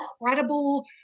incredible